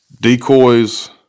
Decoys